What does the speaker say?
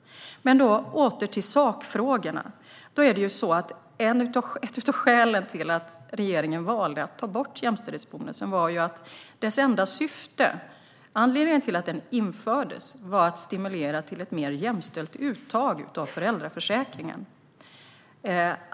Låt mig återgå till sakfrågorna. Ett av skälen till att regeringen valde att ta bort jämställdhetsbonusen var att anledningen till att den infördes var att stimulera till ett mer jämställt uttag av föräldraförsäkringen.